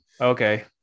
okay